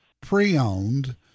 pre-owned